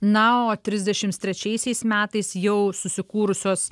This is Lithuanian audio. na o trisdešimt trečiaisiais metais jau susikūrusios